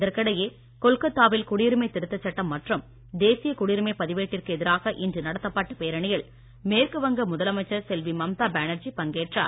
இதற்கிடையே கொல்கத்தாவில் குடியுரிமை திருத்த சட்டம் மற்றும் தேசிய குடியுரிமை பதிவேட்டிற்கு எதிராக இன்று நடத்தப்பட்ட பேரணியில் மேற்குவங்க முதலமைச்சர் செல்வி மம்தா பேனர்ஜி பங்கேற்றார்